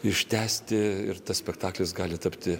ištęsti ir tas spektaklis gali tapti